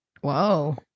Whoa